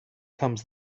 comes